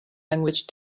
language